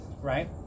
right